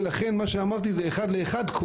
ולכן מה שאמרתי זה אחד לאחד.